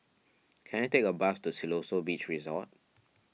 can I take a bus to Siloso Beach Resort